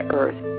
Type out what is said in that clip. earth